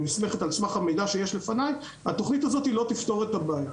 שנסמכת על מידע שיש לפני היא שהתוכנית הזאת לא תפתור את הבעיה.